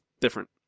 Different